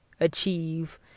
achieve